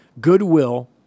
goodwill